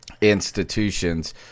institutions